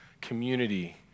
community